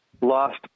lost